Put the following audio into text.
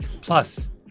Plus